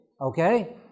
Okay